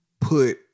put